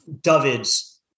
David's